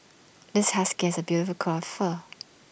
this husky is A beautiful coat of fur